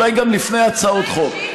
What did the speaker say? אולי גם לפני הצעות חוק.